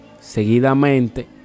seguidamente